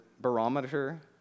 barometer